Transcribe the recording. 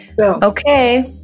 okay